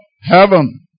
heaven